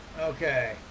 Okay